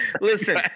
listen